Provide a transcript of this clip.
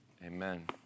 Amen